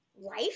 life